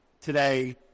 today